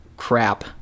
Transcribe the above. crap